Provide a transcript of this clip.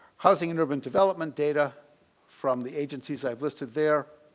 housing and urban development data from the agencies i've listed there.